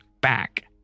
back